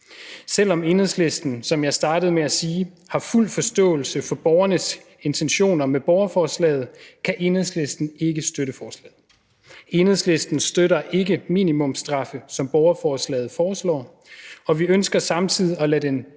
Selv om Enhedslisten, som jeg startede med at sige, har fuld forståelse for borgernes intentioner med borgerforslaget, kan Enhedslisten ikke støtte forslaget. Enhedslisten støtter ikke minimumsstraffe, som det foreslås med borgerforslaget, men vi ønsker samtidig at lade den